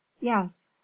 yes